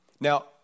now